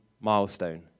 milestone